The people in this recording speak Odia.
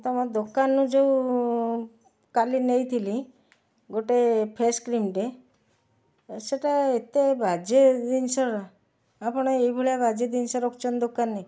ତମ ଦୋକାନରୁ ଯେଉଁ କାଲି ନେଇ ଥିଲି ଗୋଟେ ଫେସ୍ କ୍ରିମ୍ଟେ ସେଇଟା ଏତେ ବାଜେ ଜିନିଷ ଆପଣ ଏଇ ଭଳିଆ ବାଜେ ଜିନିଷ ରଖୁଛନ୍ତି ଦୋକାନରେ